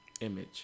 Image